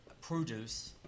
produce